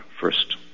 first